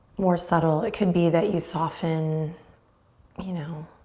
more subtle, it could be that you soften you know